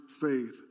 faith